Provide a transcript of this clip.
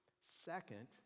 Second